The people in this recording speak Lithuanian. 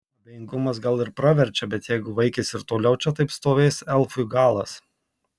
abejingumas gal ir praverčia bet jeigu vaikis ir toliau čia taip stovės elfui galas